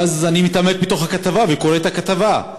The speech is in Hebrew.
ואז אני מתעמק בכתבה וקורא את הכתבה,